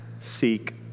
seek